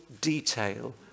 detail